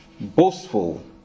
boastful